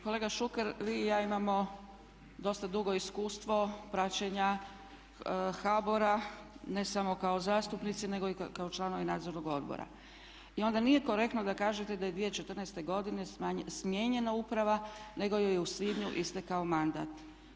Kolega Šuker, vi i ja imamo dosta dugo iskustvo praćenja HBOR-a ne samo kao zastupnici nego i kao članovi nadzornog odbora i onda nije korektno da kaže da je 2014. godine smijenjena uprava nego joj je u svibnju istekao mandat.